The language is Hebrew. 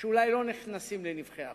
שאולי לא נכנסים לנבכי החוק.